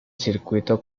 circuito